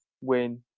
win